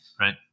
Right